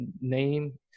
name